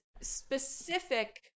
specific